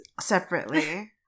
separately